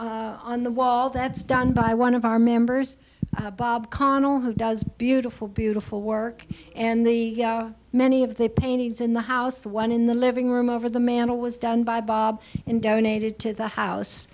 painting on the wall that's done by one of our members bob connell who does beautiful beautiful work and the many of the paintings in the house the one in the living room over the mantel was done by bob and donated to the house